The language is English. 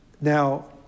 Now